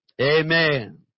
Amen